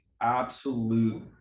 absolute